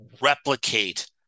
replicate